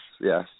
yes